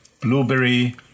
Blueberry